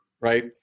Right